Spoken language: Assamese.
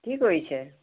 কি কৰিছে